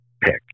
pick